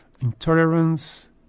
intolerance